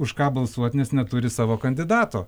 už ką balsuot nes neturi savo kandidato